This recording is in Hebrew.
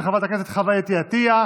של חברת הכנסת חוה אתי עטייה.